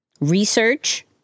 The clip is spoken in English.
research